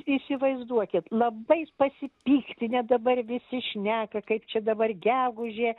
įsivaizduokit labai pasipiktinę dabar visi šneka kaip čia dabar gegužė